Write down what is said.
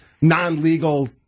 non-legal